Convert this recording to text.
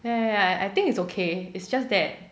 ya ya ya I think it's okay it's just that